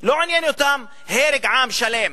לא עניין אותן הרג עם שלם.